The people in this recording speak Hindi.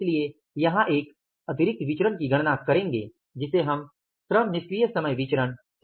इसलिए यहाँ एक अतिरिक्त विचरण की गणना करेंगे जिसे हम श्रम निष्क्रिय समय विचरण कहते हैं